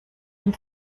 dem